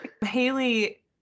Haley